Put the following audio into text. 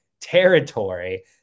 territory